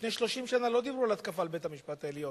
לפני 30 שנה לא דיברו על התקפה על בית-המשפט העליון,